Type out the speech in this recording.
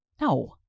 no